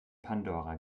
pandora